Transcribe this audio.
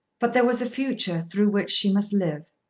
but there was a future through which she must live.